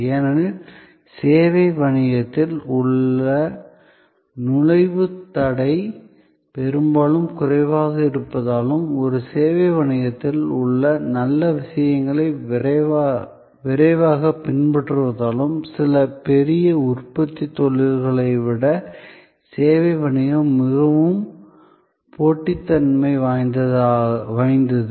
ஏனெனில் சேவை வணிகத்தில் உள்ள நுழைவுத் தடை பெரும்பாலும் குறைவாக இருப்பதாலும் ஒரு சேவை வணிகத்தில் உள்ள நல்ல விஷயங்களை விரைவாகப் பின்பற்றுவதாலும் சில பெரிய உற்பத்தித் தொழில்களை விட சேவை வணிகம் மிகவும் போட்டித்தன்மை வாய்ந்தது